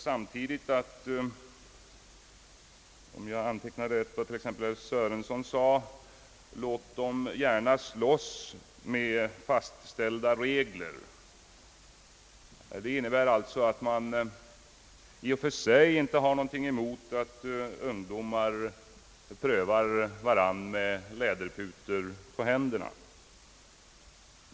Om jag antecknade rätt sade t.ex. herr Sörenson: Låt dem gärna slåss med fastställda regler. I och för sig tycks man alltså inte ha någonting emot att ungdomar prövar varandra med läderputor på händerna.